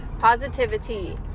positivity